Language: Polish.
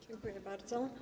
Dziękuję bardzo.